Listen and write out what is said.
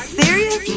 serious